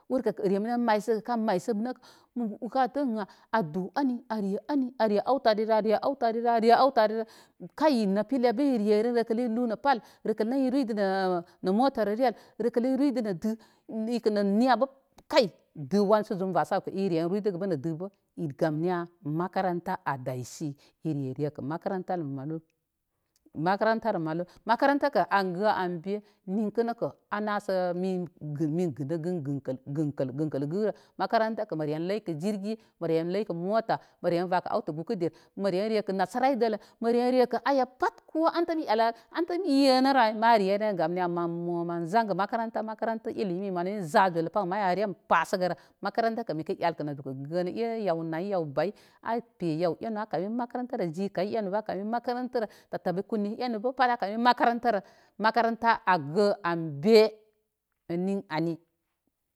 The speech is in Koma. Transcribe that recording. Urkə rem ren maysəgə kan maysən nəkə uka tə ən a du ani are ani are awtə ari rə are awtə rirə are awtə rirə kay nə pila bə i re ren rekə i lu nə pa al rəkal nə i ruydə nə motarəre al rəkal i ruydə nə də ikə nə niya ba kay də wansə zum vasə ay iren ruydəgə bə nə də bə gam niya makaranta a daysi i re reka makaranta rə malu makarantarə malu makaranta angə an be ninkə nəkə a nasə min gədə gən gənkəl gənkəl gənkələ gərə makarantə mə re ləykə jirgi marenləykə mota məren vakə awtə gukə di aw məren rekə nasara i dələ mə re rekə aya pat ko antəm i elə antəm yenəra ay ma re ren gam niya mo mən zaŋgə makaranta makaranta ilimi mani in za gəwləpa abəl rem pasəgərə makaranta kə mikə elkə nə dukə gəni e yaw nayi yaw ba yi a pe yaw enu akani makarantə jikaye enu bə a kami makarantərə tattaɓa kunneyi enu bə pat a kami makantarə makaranta a gə an be nin ani.